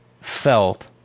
felt